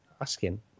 asking